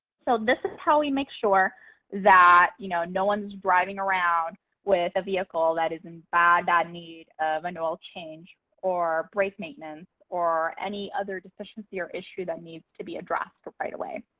so this is how we make sure that, you know, no one's driving around with a vehicle that is in bad, bad need of an oil change or brake maintenance, or any other deficiency or issue that needs to be addressed right away.